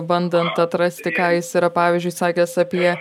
bandant atrasti ką jis yra pavyzdžiui sakęs apie